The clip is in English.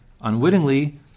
unwittingly